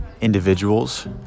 individuals